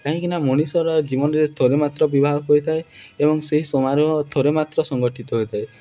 କାହିଁକିନା ମଣିଷର ଜୀବନରେ ଥରେ ମାତ୍ର ବିବାହ ହୋଇଥାଏ ଏବଂ ସେହି ସମାରୋହ ଥରେ ମାତ୍ର ସଂଗଠିତ ହୋଇଥାଏ